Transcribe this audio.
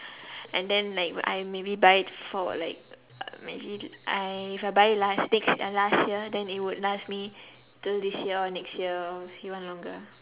and then like I maybe buy it for like maybe I if I buy lipsticks uh last year then it would last me till this year or next year or even longer